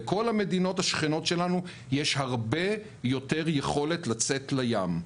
לכל המדינות השכנות שלנו יש הרבה יותר יכולת לצאת לים.